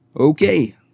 Okay